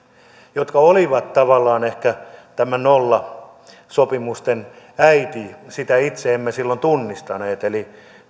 jotka olivat tavallaan ehkä näiden nollasopimusten äiti sitä itse emme silloin tunnistaneet eli